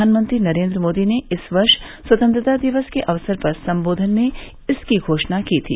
प्रधानमंत्री नरेन्द्र मोदी ने इस वर्ष स्वतंत्रता दिवस के अवसर पर संबोधन में इसकी घोषणा की थी